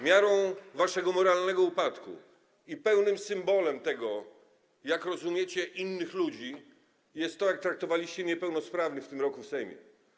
Miarą waszego moralnego upadku i symbolem tego, jak rozumiecie innych ludzi, jest to, jak traktowaliście niepełnosprawnych w tym roku w Sejmie.